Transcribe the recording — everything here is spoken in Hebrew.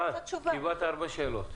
רן, קיבלת הרבה שאלות.